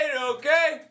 okay